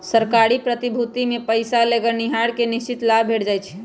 सरकारी प्रतिभूतिमें पइसा लगैनिहार के निश्चित लाभ भेंट जाइ छइ